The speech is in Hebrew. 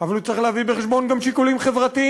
אבל הוא צריך להביא בחשבון גם שיקולים חברתיים,